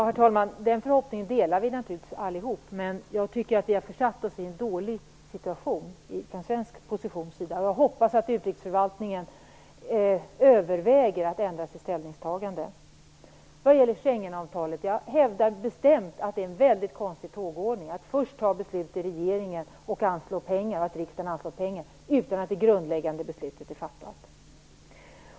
Herr talman! Den förhoppningen delar vi naturligtvis allihop. Men jag tycker att den svenska positionen är dålig. Jag hoppas att utrikesförvaltningen överväger att ändra sitt ställningstagande. Vad gäller Schengenavtalet hävdar jag bestämt att det är en mycket konstig tågordning. Först fattar regeringen beslut och riksdagen anslår pengar utan att det grundläggande beslutet är fattat.